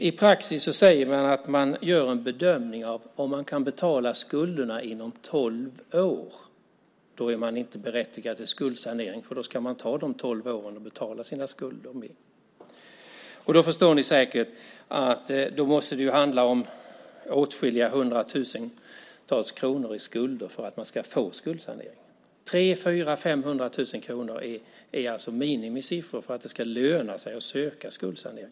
I praxis säger man att man gör en bedömning av om man kan betala skulderna inom tolv år. Då är man inte berättigad till skuldsanering, för då ska man ta de tolv åren och betala sina skulder. Då förstår ni säkert att det måste handla om åtskilliga hundratusentals kronor i skulder för att man ska få skuldsanering. 300 000, 400 000 eller 500 000 kronor är minimisiffror för att det ska löna sig att söka skuldsanering.